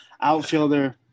Outfielder